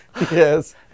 Yes